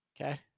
okay